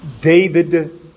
David